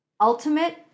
ultimate